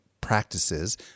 Practices